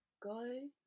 go